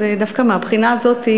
אז דווקא מהבחינה הזאת,